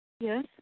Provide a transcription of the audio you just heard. Yes